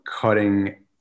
cutting